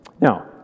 Now